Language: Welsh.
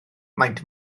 maent